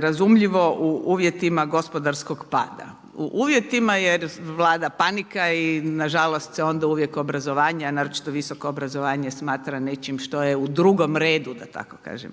razumljivo u uvjetima gospodarskog pada. U uvjetima jer vlada panika i nažalost se onda uvijek obrazovanje a naročito visoko obrazovanje smatra nečim što je u drugom redu da tako kažem.